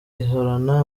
ihorana